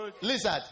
Lizard